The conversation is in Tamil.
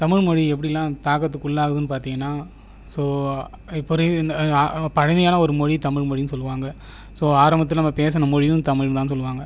தமிழ்மொழி எப்படியெல்லாம் தாக்கத்துக்கு உள்ளாகுதுனு பார்த்தீங்கனா ஸோ இப்போ பழமையான ஒரு மொழி தமிழ்மொழினு சொல்லுவாங்க ஸோ ஆரம்பத்துல நம்ம பேசின மொழியும் தமிழ்தான் சொல்லுவாங்க